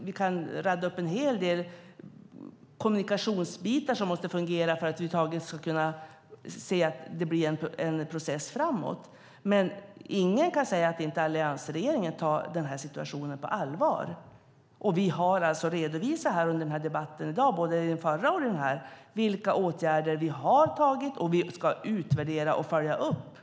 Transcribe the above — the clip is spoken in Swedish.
Vi kan rada upp en hel del kommunikationsbitar som måste fungera för att vi över huvud taget ska få en process att gå framåt. Men ingen kan säga att alliansregeringen inte tar den här situationen på allvar. Både under den förra debatten här i dag och under den här har vi redovisat vilka åtgärder vi har vidtagit. Vi ska utvärdera och följa upp dessa.